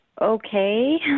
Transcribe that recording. Okay